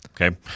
Okay